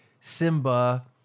Simba